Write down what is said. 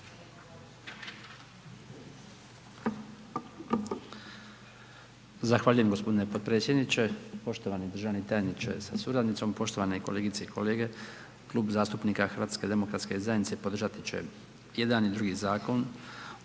Zahvaljujem g. potpredsjedniče. Poštovani državni tajniče sa suradnicom, poštovane kolegice i kolege, Klub zastupnika HDZ-a podržati će i jedan i drugi zakon,